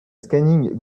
scanning